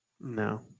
No